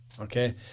okay